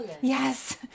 Yes